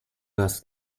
was